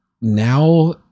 now